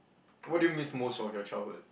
what do you miss most from your childhood